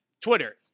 Twitter